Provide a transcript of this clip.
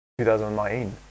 2019